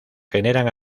generan